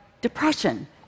depression